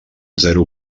zero